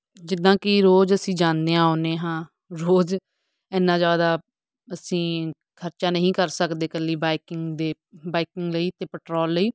ਜਿੱਦਾਂ ਕਿ ਰੋਜ਼ ਅਸੀਂ ਜਾਂਦੇ ਹਾਂ ਆਉਂਦੇ ਹਾਂ ਰੋਜ਼ ਐਨਾ ਜ਼ਿਆਦਾ ਅਸੀਂ ਖਰਚਾ ਨਹੀਂ ਕਰ ਸਕਦੇ ਇਕੱਲੀ ਬਾਈਕਿੰਗ ਦੇ ਬਾਈਕਿੰਗ ਲਈ ਅਤੇ ਪੈਟਰੋਲ ਲਈ